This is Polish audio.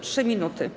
3 minuty.